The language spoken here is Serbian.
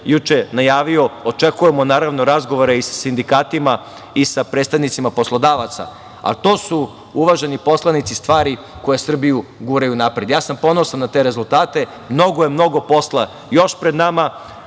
juče najavio. Očekujemo, naravno, razgovore i sa sindikatima i sa predstavnicima poslodavaca, ali to su, uvaženi poslanici, stvari koje Srbiju guraju napred. Ja sam ponosan na te rezultate. Mnogo je, mnogo posla još pred nama.